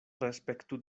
respektu